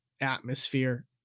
atmosphere